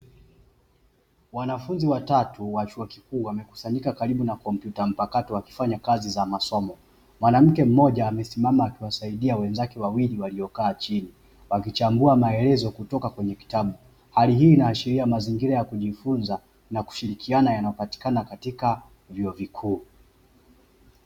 Wanafunzi watatu wa chuo kikuu wamekusanyika karibu na kompyuta mpakato wakifanya kazi za masomo. Mwanamke mmoja amesimama akiwasaidia wenzake wawili waliokaa chini wakichambua maelezo kutoka kwenye kitabu. Hali hii inaashiria mazingira ya kujifunza na kushirikiana yanayopatikana katika vyuo vikuu.